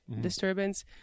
disturbance